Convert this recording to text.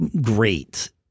great